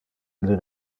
ille